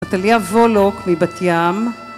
‫מתניה וולוק מבת ים.